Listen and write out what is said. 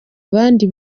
abandi